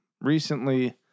recently